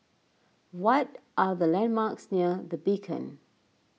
what are the landmarks near the Beacon